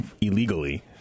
illegally